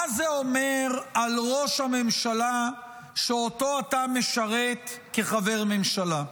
מה זה אומר על ראש הממשלה שאותו אתה משרת כחבר ממשלה?